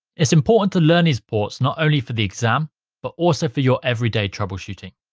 it's important to learn these ports not only for the exam but also for your everyday troubleshooting.